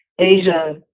Asia